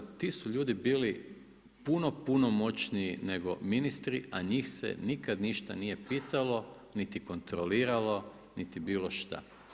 Ti su ljudi bili puno, puno moćniji nego ministri, a njih se nikad ništa nije pitalo, niti kontroliralo, niti bilo šta.